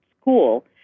school